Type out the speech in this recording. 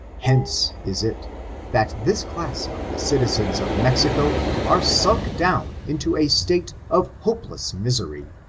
hence is it that this class of the citizens of mexico are sunk down into a state of hopeless misery,